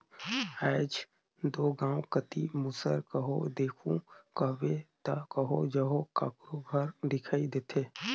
आएज दो गाँव कती मूसर कहो देखहू कहबे ता कहो जहो काकरो घर दिखई देथे